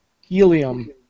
Helium